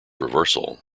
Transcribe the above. reversal